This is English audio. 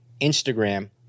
Instagram